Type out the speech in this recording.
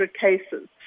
cases